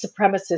supremacist